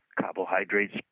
Carbohydrates